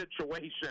situation